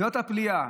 זאת הפליאה,